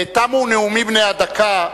תמו הנאומים בני הדקה.